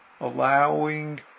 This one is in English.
allowing